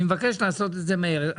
אני מבקש לעשות את זה מהר.